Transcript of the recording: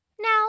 Now